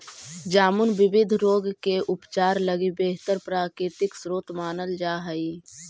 जामुन विविध रोग के उपचार लगी बेहतर प्राकृतिक स्रोत मानल जा हइ